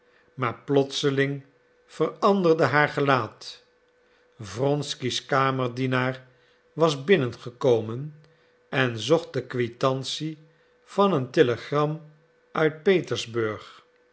maar plotseling veranderde haar gelaat wronsky's kamerdienaar was binnengekomen en zocht de kwitantie van een telegram uit